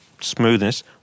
smoothness